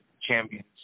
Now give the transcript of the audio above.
champions